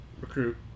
Recruit